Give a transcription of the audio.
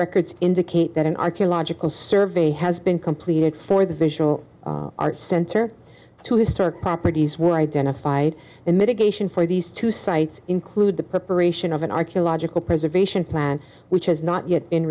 records indicate that an archaeological survey has been completed for the visual arts center two historic properties were identified and mitigation for these two sites include the preparation of an archaeological preservation plan which has not yet